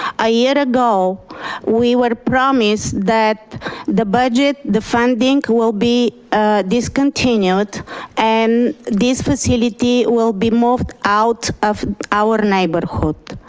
a year ago we were promised that the budget, the funding will be discontinued and this facility will be moved out of our neighborhood.